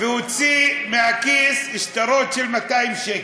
והוציא מהכיס שטרות של 200 שקל.